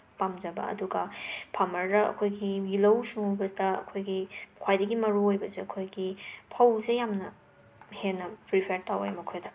ꯄꯥꯝꯖꯕ ꯑꯗꯨꯒ ꯐꯥꯔꯃꯔꯅ ꯑꯩꯈꯣꯏꯒꯤ ꯂꯧꯁꯨꯕꯗ ꯑꯩꯈꯣꯏꯒꯤ ꯈ꯭ꯋꯥꯏꯗꯒꯤ ꯃꯔꯨ ꯑꯣꯏꯕꯁꯤ ꯑꯩꯈꯣꯏꯒꯤ ꯐꯧꯁꯦ ꯌꯥꯝꯅ ꯍꯦꯟꯅ ꯄ꯭ꯔꯤꯐꯔ ꯇꯧꯋꯦ ꯃꯈꯣꯏꯗ